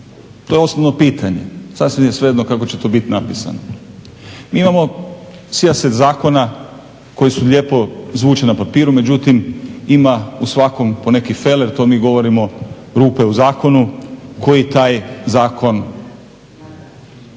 To je osnovno pitanje. Sasvim je svejedno kako će to biti napisano. Mi imamo sijaset zakona koja lijepo zvuče na papiru međutim ima u svakom po neki feler. To mi govorimo rupe u zakonu, koji taj zakon